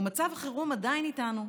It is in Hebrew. ומצב החירום עדיין איתנו.